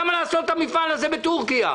למה לעשות את המפעל הזה בטורקיה?